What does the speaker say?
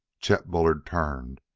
chet bullard turned,